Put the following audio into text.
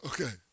Okay